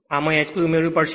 આમાં hp ઉમેરવી પડશે